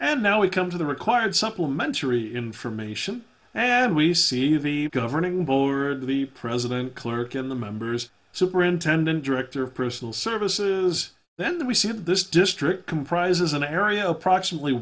and now we come to the required supplementary information and we see the governing over the president clerk in the members superintendent director of personal services then we see that this district comprises an area approximately